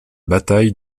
bataille